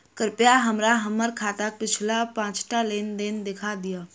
कृपया हमरा हम्मर खाताक पिछुलका पाँचटा लेन देन देखा दियऽ